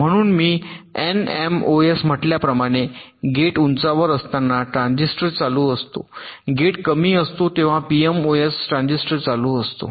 म्हणून मी एनएमओएस म्हटल्याप्रमाणे गेट उंचावर असताना ट्रान्झिस्टर चालू असतो गेट कमी असतो तेव्हा पीएमओएस ट्रान्झिस्टर चालू असतो